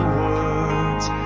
words